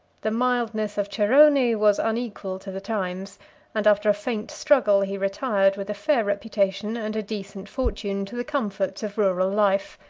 the mildness of cerroni was unequal to the times and after a faint struggle, he retired with a fair reputation and a decent fortune to the comforts of rural life.